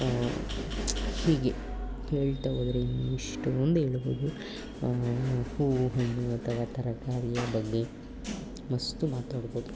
ಹೀಗೆ ಹೇಳ್ತಾ ಹೋದ್ರೆ ಇನ್ನೂ ಎಷ್ಟೋಂದು ಹೇಳ್ಬೌದು ಹೂವು ಹಣ್ಣು ಅಥವಾ ತರಕಾರಿಯ ಬಗ್ಗೆ ಮಸ್ತ್ ಮಾತಾಡ್ಬೌದು